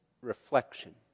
reflection